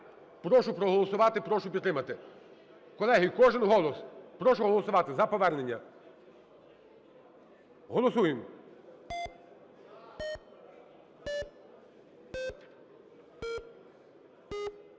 Прошу проголосувати, прошу підтримати. Колеги, кожен голос. Прошу голосувати за повернення. Голосуємо!